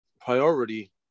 priority